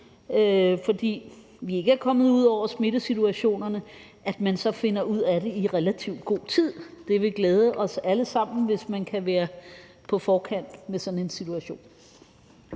fordi vi ikke er kommet ud over smittesituationen – at man så finder ud af det i relativt god tid. Det vil glæde os alle sammen, hvis man kan være på forkant med sådan en situation.